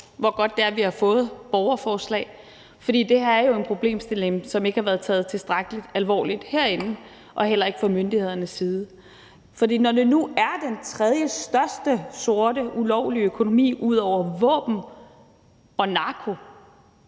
hvor godt det er, at vi har fået borgerforslag, for det her er jo en problemstilling, som ikke har været taget tilstrækkelig alvorligt herinde og heller ikke fra myndighedernes side. For når det nu er den tredjestørste sorte, ulovlige økonomi, ud over våben og narko,